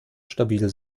stabil